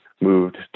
moved